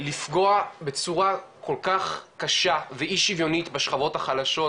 לפגוע בצורה כל כך קשה ואי שיווניות בשכבות החלשות,